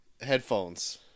headphones